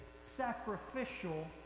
sacrificial